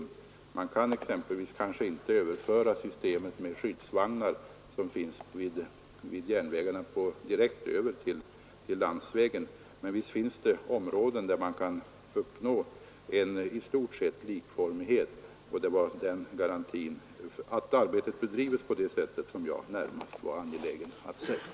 Man kan kanske exempelvis inte överföra det system med skyddsvagnar som finns vid järnvägen direkt till landsvägen. Men visst finns det områden där man i stort sett kan uppnå likformighet. — Det var alltså garantin att arbetet bedrivs på detta sätt som jag närmast var angelägen att lämna.